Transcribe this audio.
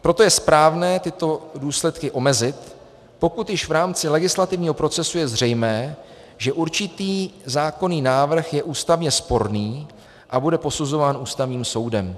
Proto je správné tyto důsledky omezit, pokud již v rámci legislativního procesu je zřejmé, že určitý zákonný návrh je ústavně sporný a bude posuzován Ústavním soudem.